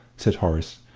said horace,